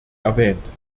erwähnt